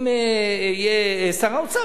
אם יהיה שר האוצר,